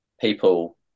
People